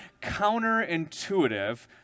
counterintuitive